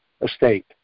estate